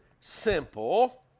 simple